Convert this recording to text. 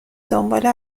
دنبال